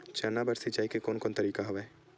चना बर सिंचाई के कोन कोन तरीका हवय?